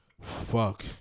Fuck